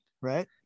right